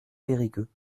périgueux